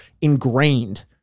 ingrained